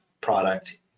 product